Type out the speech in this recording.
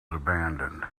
abandoned